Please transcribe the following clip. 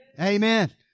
Amen